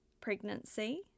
pregnancy